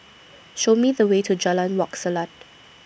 Show Me The Way to Jalan Wak Selat